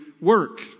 work